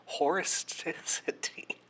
Horisticity